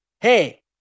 Hey